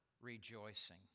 rejoicing